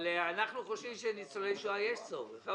אנחנו חושבים שניצולי שואה יש צורך.